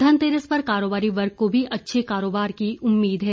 घनतेरस पर कारोबारी वर्ग को भी अच्छे कारोबार की उम्मीद है